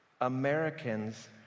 Americans